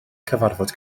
cyfarfod